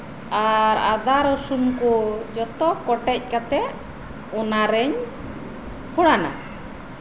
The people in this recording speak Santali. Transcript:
ᱟᱨ ᱟᱫᱟ ᱨᱚᱥᱩᱱ ᱠᱚ ᱡᱚᱛᱚ ᱠᱚᱴᱮᱡ ᱠᱟᱛᱮᱜ ᱚᱱᱟ ᱨᱮᱧ ᱯᱷᱳᱲᱟᱱᱟ